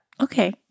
Okay